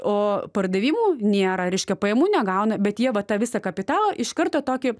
o pardavimų nėra reiškia pajamų negauna bet bet jie va tą visą kapitalą iš karto tokį